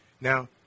Now